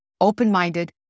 open-minded